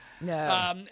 No